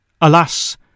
Alas